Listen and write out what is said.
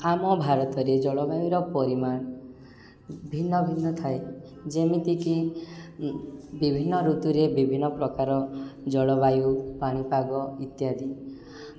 ଆମ ଭାରତରେ ଜଳବାୟୁର ପରିମାଣ ଭିନ୍ନ ଭିନ୍ନ ଥାଏ ଯେମିତିକି ବିଭିନ୍ନ ଋତୁରେ ବିଭିନ୍ନ ପ୍ରକାର ଜଳବାୟୁ ପାଣିପାଗ ଇତ୍ୟାଦି